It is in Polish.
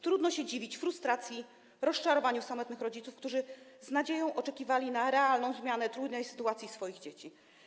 Trudno się dziwić frustracji, rozczarowaniu samotnych rodziców, którzy z nadzieją oczekiwali na realną zmianę trudnej sytuacji swoich dzieci.